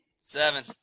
Seven